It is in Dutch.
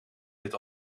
zit